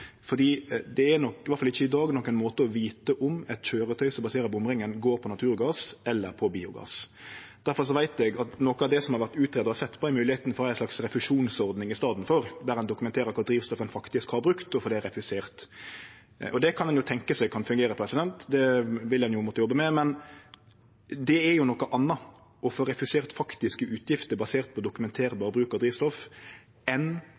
det er nok i alle fall ikkje i dag nokon måte å vite om eit køyretøy som passerer bomringen, går på naturgass eller på biogass. Difor veit eg at noko av det som har vore utgreidd og sett på, er moglegheita for ei slags refusjonsordning i staden for, der ein dokumenterer kva drivstoff ein faktisk har brukt, og får det refusert. Det kan ein tenkje seg at kan fungere, det vil ein måtte jobbe med, men det er noko anna å få refusert faktiske utgifter basert på